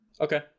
Okay